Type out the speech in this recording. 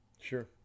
Sure